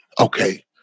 okay